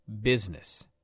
business